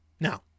now